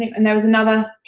and there was another.